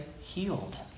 healed